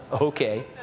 Okay